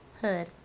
Hood